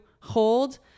hold